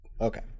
okay